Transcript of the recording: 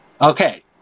Okay